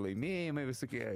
laimėjimai visokie